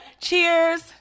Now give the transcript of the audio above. cheers